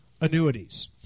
annuities